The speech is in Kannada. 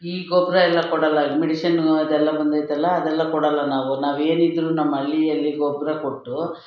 ಈ ಗೊಬ್ಬರ ಎಲ್ಲ ಕೊಡಲ್ಲ ಇದು ಮೆಡಿಸಿನು ಅದೆಲ್ಲ ಬಂದೈತಲ್ಲ ಅದೆಲ್ಲ ಕೊಡಲ್ಲ ನಾವು ನಾವೇನಿದ್ದರೂ ನಮ್ಮ ಹಳ್ಳಿಯಲ್ಲಿ ಗೊಬ್ಬರ ಕೊಟ್ಟು